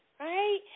Right